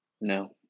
No